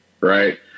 Right